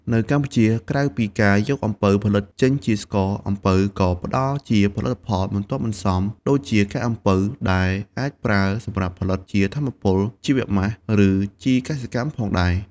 នៅកម្ពុជា ក្រៅពីការយកអំពៅផលិតចេញជាស្ករ អំពៅក៏ផ្ដល់ជាផលិតផលបន្ទាប់បន្សំដូចជា កាកអំពៅ ដែលអាចប្រើសម្រាប់ផលិតជាថាមពល ជីវម៉ាស់ ឬជីកសិកម្មផងដែរ។